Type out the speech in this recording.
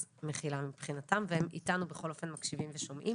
אז מחילה מבחינתם והם איתנו בכל אופן מקשיבים ושומעים.